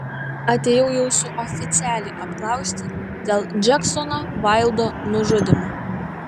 atėjau jūsų oficialiai apklausti dėl džeksono vaildo nužudymo